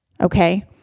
Okay